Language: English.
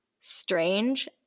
strange